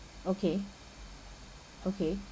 okay okay